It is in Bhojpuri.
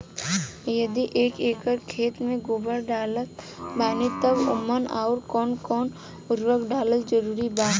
यदि एक एकर खेत मे गोबर डालत बानी तब ओमे आउर् कौन कौन उर्वरक डालल जरूरी बा?